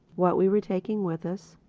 what we were taking with us,